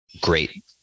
great